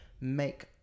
make